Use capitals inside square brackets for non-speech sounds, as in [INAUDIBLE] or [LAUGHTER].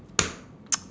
[NOISE]